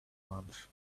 once